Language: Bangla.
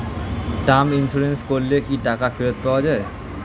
টার্ম ইন্সুরেন্স করলে কি টাকা ফেরত পাওয়া যায়?